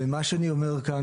ומה שאני אומר כאן,